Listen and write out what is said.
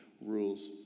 rules